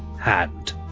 hand